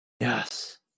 Yes